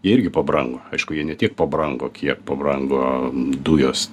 jie irgi pabrango aišku jie ne tiek pabrango kiek pabrango dujos